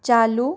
चालू